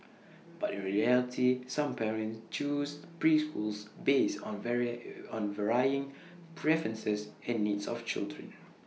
but in reality some parents choose preschools based on varied varying preferences and needs of children